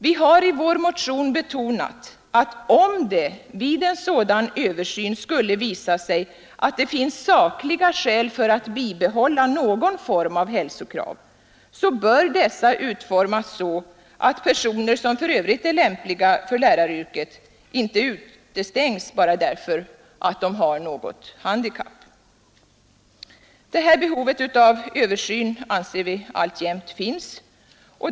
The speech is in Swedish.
Vi har i vår motion betonat, att om det vid en sådan översyn skulle visa sig att det finns sakliga skäl för att bibehålla någon form av hälsokrav, bör dessa utformas så att personer som för övrigt är lämpliga för läraryrket inte utestängs bara därför att de har något handikapp. Behovet av en översyn anser vi alltjämt finnas.